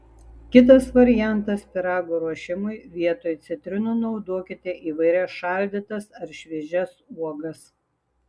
kitas variantas pyrago ruošimui vietoj citrinų naudokite įvairias šaldytas ar šviežias uogas